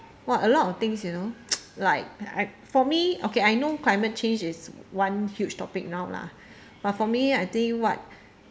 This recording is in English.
!wah! a lot of things you know like for me okay I know climate change is one huge topic now lah but for me I think what